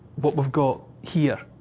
what we've got here?